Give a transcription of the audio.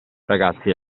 ragazzi